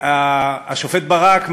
השופט ברק,